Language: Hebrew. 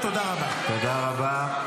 תודה רבה.